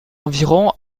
environ